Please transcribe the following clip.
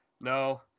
no